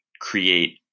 create